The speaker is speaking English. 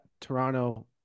Toronto